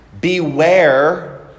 beware